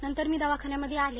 नंतर मी दवाखान्यामध्ये आले